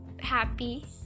happy